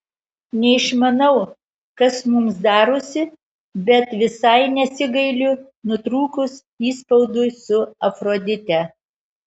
neišmanau kas mums darosi bet visai nesigailiu nutrūkus įspaudui su afrodite